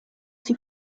sie